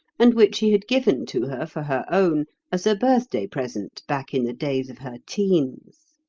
and which he had given to her for her own as a birthday present back in the days of her teens.